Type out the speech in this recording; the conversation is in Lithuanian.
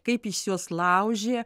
kaip jis juos laužė